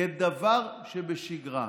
כדבר שבשגרה,